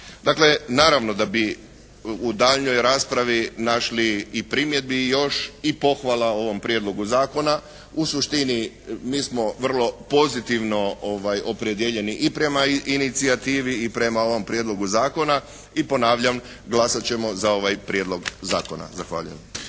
sve. Naravno da bi u daljnjoj raspravi našli i primjedbi još i pohvala o ovom prijedlogu zakona. U suštini mi smo vrlo pozitivno opredijeljeni i prema inicijativi i prema ovom prijedlogu zakona. I ponavljam, glasat ćemo za ovaj prijedlog zakona. Zahvaljujem.